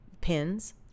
pins